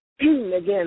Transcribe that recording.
again